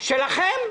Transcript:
שלכם.